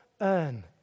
earn